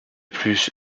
plus